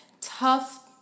tough